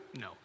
No